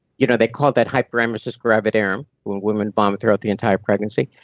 you know they call that hyperemesis gravidarum when women vomit throughout the entire pregnancy.